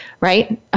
right